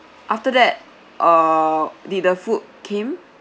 after that err did the food came